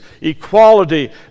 equality